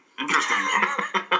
Interesting